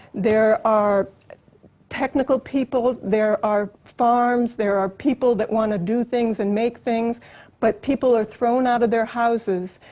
there are technical people there are farms, there are people that wanna do things and make things but people are thrown out of their houses,